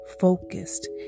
focused